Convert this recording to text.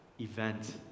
event